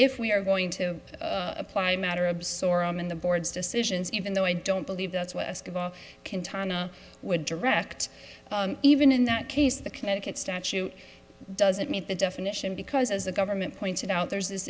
if we are going to apply matter absorbed in the board's decisions even though i don't believe that's west can time would direct even in that case the connecticut statute doesn't meet the definition because as the government pointed out there's this